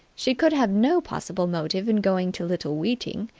she could have no possible motive in going to little weeting.